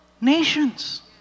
nations